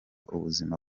ubuzima